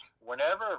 whenever